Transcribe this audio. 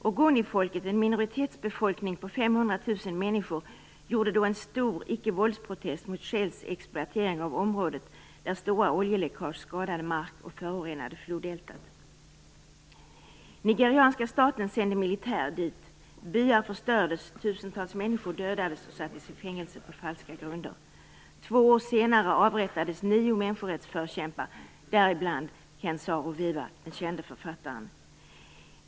Ogonifolket, en minoritetsbefolkning på 500 000 människor, gjorde då en stor icke-våldsprotest mot Shells exploatering av området, där stora oljeläckage skadat mark och förorenat floddeltat. Nigerianska staten sände militär dit. Byar förstördes. Tusentals människor dödades eller sattes i fängelse på falska grunder. Två år senare avrättades nio människorättsförkämpar, däribland den kände författaren Ken Saro Wiwa.